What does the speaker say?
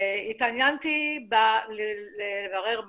התעניינתי לברר,